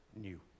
new